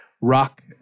rock